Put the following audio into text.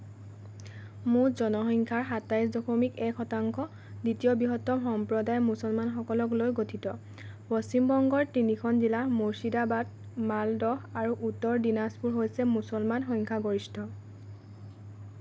মুঠ জনসংখ্যাৰ সাতাইছ দশমিক এক শতাংশ দ্বিতীয় বৃহত্তম সম্প্ৰদায় মুছলমানসকলক লৈ গঠিত পশ্চিমবংগৰ তিনিখন জিলা মুৰ্ছিদাবাদ মালদহ আৰু উত্তৰ দিনাজপুৰ হৈছে মুছলমান সংখ্যাগৰিষ্ঠ